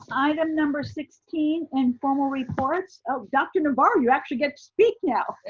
ah item number sixteen informal reports. oh, dr. navarro, you actually get to speak now.